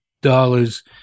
dollars